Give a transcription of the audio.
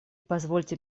позвольте